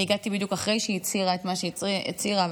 אני הגעתי בדיוק אחרי שהיא הצהירה את מה שהיא הצהירה,